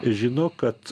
žino kad